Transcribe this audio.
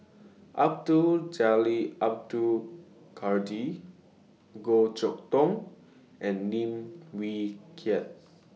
Abdul Jalil Abdul Kadir Goh Chok Tong and Lim Wee Kiak